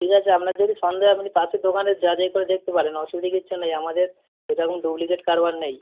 ঠিক আছে আপনার যদি সন্দেহ হয় আপনি পাশের দোকানে যাচাই করে দেখতে পারেন অসুবিধা কিচ্ছু নেই আমাদের এরকম ডুপ্লিকেট কারবার নেই